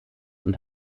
und